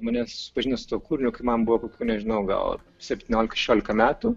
mane supažindino su tuo kūriniu kai man buvo nežinau gal septyniolika šešiolika metų